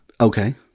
Okay